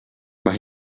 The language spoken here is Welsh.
mae